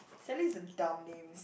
Sally is a dumb name